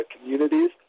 communities